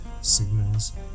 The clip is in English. signals